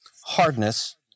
hardness